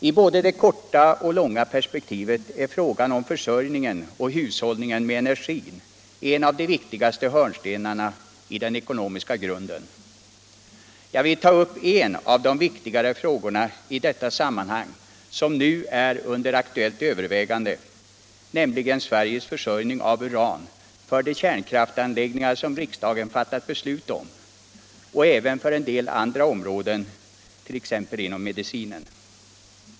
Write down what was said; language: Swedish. I både det korta och det långa perspektivet är frågan om försörjningen och hushållningen med energin en av de viktigare hörnstenarna i den ekonomiska grunden. Jag vill ta upp en av de viktigare frågorna i detta sammanhang som nu är under aktuellt övervägande, nämligen Sveriges försörjning med uran för de kärnkraftanläggningar som riksdagen fattat beslut om, och även för en del andra områden, t.ex. inom medicinen.